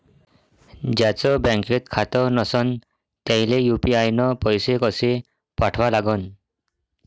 ज्याचं बँकेत खातं नसणं त्याईले यू.पी.आय न पैसे कसे पाठवा लागन?